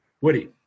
woody